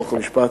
חוק ומשפט